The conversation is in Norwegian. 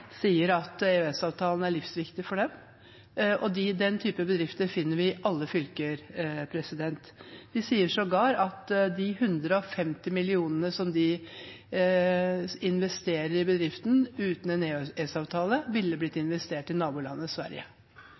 sier at EØS-avtalen er livsviktig for dem. Den typen bedrifter finner vi i alle fylker. Mapei sier sågar at de 150 mill. kr som de investerer i bedriften, uten en EØS-avtale ville blitt investert i nabolandet Sverige.